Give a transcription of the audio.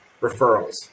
referrals